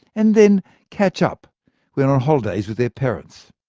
and then catch up when on holidays with their parents.